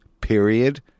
Period